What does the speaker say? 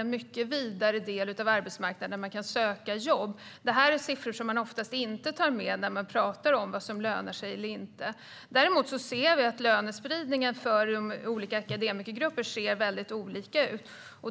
en vidare del av arbetsmarknaden att söka jobb på. Det är siffror som oftast inte tas med när det pratas om vad som lönar sig eller inte. Däremot ser vi att lönespridningen för olika akademikergrupper ser väldigt olika ut.